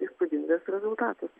įspūdingas rezultatas